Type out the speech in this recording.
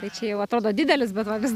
tai čia jau atrodo didelis bet va vis